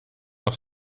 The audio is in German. auf